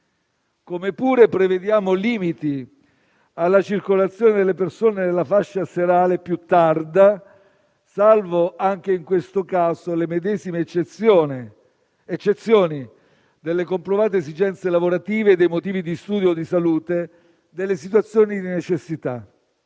Come pure prevediamo limiti alla circolazione delle persone nella fascia serale più tarda, salvo, anche in questo caso, le medesime eccezioni delle comprovate esigenze lavorative, dei motivi di studio o di salute, delle situazioni di necessità.